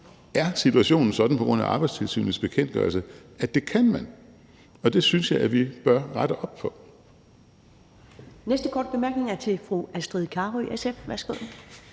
er situationen sådan på grund af Arbejdstilsynets bekendtgørelse, at det kan man, og det synes jeg vi bør rette op på.